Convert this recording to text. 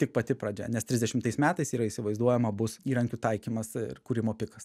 tik pati pradžia nes trisdešimtais metais yra įsivaizduojama bus įrankių taikymas ir kūrimo pikas